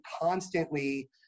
constantly